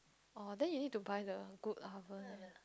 orh then you need to buy the good oven